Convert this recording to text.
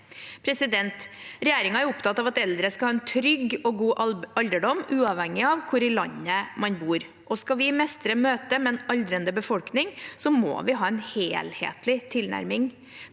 i 2023. Regjeringen er opptatt av at eldre skal ha en trygg og god alderdom, uavhengig av hvor i landet man bor. Skal vi mestre møtet med en aldrende befolkning, må vi ha en helhetlig tilnærming.